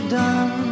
done